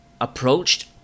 approached